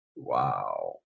Wow